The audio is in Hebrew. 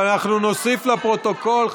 אבל אנחנו נוסיף לפרוטוקול.